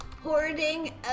Hoarding